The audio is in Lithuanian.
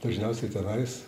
dažniausiai tenais